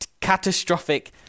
catastrophic